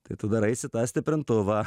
tai tu daraisi tą stiprintuvą